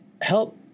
Help